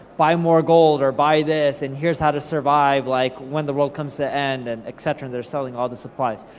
buy more gold, or buy this, and here's how to survive like when the world comes to a end, and et cetera, and they're selling all the supplies.